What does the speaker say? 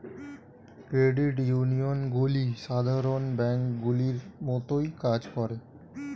credit ইউনিয়নগুলি সাধারণ ব্যাঙ্কগুলির মতোই কাজ করে